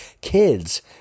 kids